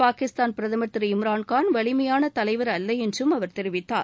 பாகிஸ்தான் பிரதமா் திரு இம்ரான்கான் வலிமையான தலைவா் அல்ல என்றும் அவா தெரிவித்தார்